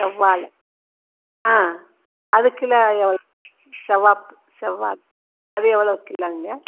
செவ்வாழை ஆ அது கிலோ எவ்வளோ செவ்வாக்கு செவ்வாக்கு அது எவ்வளோ கிலோங்க